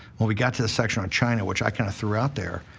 when we got to the section on china, which i kind of threw out there,